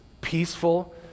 peaceful